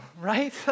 right